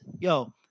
yo